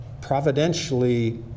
providentially